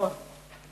נכון.